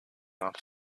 off